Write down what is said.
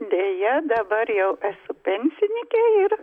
deja dabar jau esu pensininkė ir